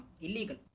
Illegal